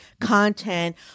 content